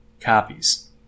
copies